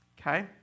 okay